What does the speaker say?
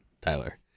Tyler